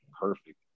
perfect